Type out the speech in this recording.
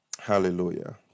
hallelujah